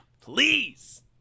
Please